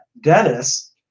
Dennis